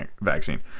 vaccine